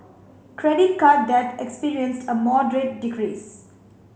credit card debt experienced a moderate decrease